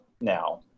now